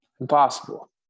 impossible